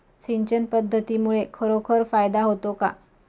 सिंचन पद्धतीमुळे खरोखर फायदा होतो का?